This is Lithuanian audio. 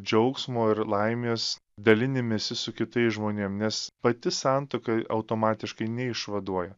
džiaugsmo ir laimės dalinimesi su kitais žmonėm nes pati santuoka automatiškai neišvaduoja